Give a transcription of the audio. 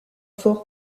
fort